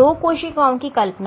2 कोशिकाओं की कल्पना करें